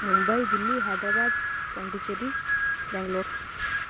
Mumbai Delhi Hyderabad Pondicherry Bengaluru